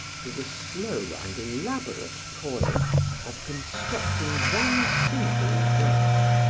to the slow and elaborate toil of constructing one single work,